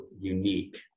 unique